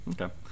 Okay